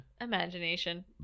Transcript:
Imagination